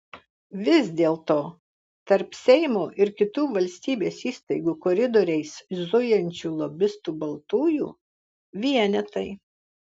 vis dėlto tarp seimo ir kitų valstybės įstaigų koridoriais zujančių lobistų baltųjų vienetai